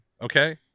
Okay